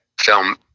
film